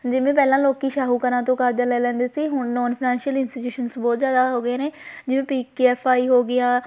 ਜਿਵੇਂ ਪਹਿਲਾਂ ਲੋਕੀਂ ਸ਼ਾਹੂਕਾਰਾਂ ਤੋਂ ਕਰਜ਼ਾ ਲੈ ਲੈਂਦੇ ਸੀ ਹੁਣ ਨੋਨ ਫਾਈਨੈਸ਼ੀਅਲ ਇੰਸਟੀਟਿਊਸ਼ਨਸ ਬਹੁਤ ਜ਼ਿਆਦਾ ਹੋ ਗਏ ਜਿਵੇਂ ਪੀ ਕੇ ਐੱਫ ਆਈ ਹੋ ਗਿਆ